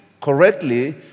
correctly